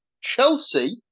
Chelsea